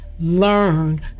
learn